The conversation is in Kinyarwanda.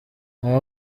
aba